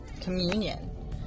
communion